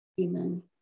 Amen